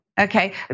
Okay